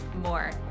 more